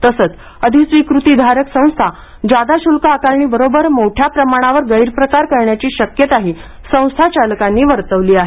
तसेच अधिस्वीकृतीधारक संस्था जादा शुल्क आकारणीबरोबर मोठ्या प्रमाणावर गैरप्रकार होण्याची शक्यताही संस्थाचालकांनी वर्तवली आहे